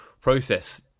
process